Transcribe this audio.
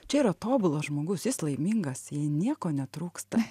čia yra tobulas žmogus jis laimingas jai nieko netrūksta